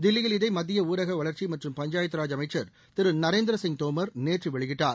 தில்லியில் இதை மத்திய ஊரக வளர்ச்சி மற்றும் பஹ்சாயத்து ரர் அமைச்சர் திரு நகுரந்திர சிணு சூதாமர் சூநற்று வேளியிட்டார்